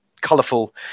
colourful